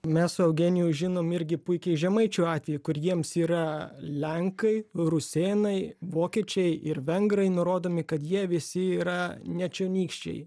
mes su eugeniju žinom irgi puikiai žemaičių atvejį kur jiems yra lenkai rusėnai vokiečiai ir vengrai nurodomi kad jie visi yra nečionykščiai